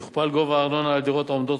יוכפל גובה הארנונה על דירות העומדות